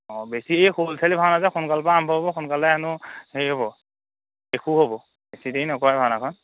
অঁ বেছি এই সৰু ল'ৰা ছোৱালীৰ ভাওনা যে সোনকালৰপৰা আৰম্ভ হ'ব সোনকালে হেনো হেৰি হ'ব শেষো হ'ব বেছি দেৰি নকৰে ভাওনাখন